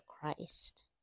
Christ